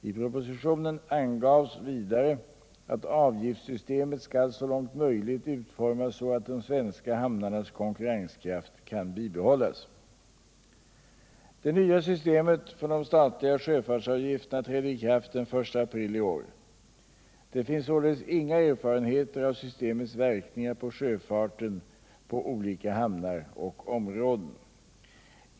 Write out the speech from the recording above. I propositionen angavs vidare att avgiftssystemet skall så långt möjligt utformas så att de svenska hamnarnas konkurrenskraft kan bibehållas. Det nya systemet för de statliga sjöfartsavgifterna trädde i kraft den 1 april i år. Det finns således inga erfarenheter av systemets verkningar på sjöfarten på 127 olika hamnar och områden.